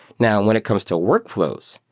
now, when it comes to workflows,